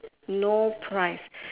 no price